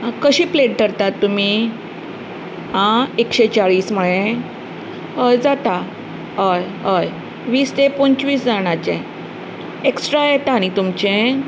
अह कशी प्लेट धरतात तुमी आं एकशें चाळीस म्हळें हय जाता हय हय वीस तें पंचवीस जाणांचे एक्स्ट्रा येता नी तुमचें